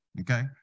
Okay